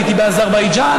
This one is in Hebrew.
הייתי באזרבייג'ן,